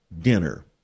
dinner